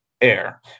air